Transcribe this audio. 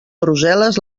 brussel·les